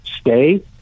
stay